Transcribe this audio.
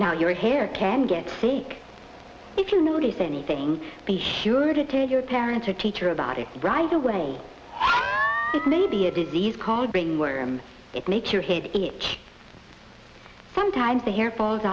now your hair can get take if you notice anything be sure to tell your parents or teacher about it right away maybe a disease called ringworm it makes your head each sometimes the hair falls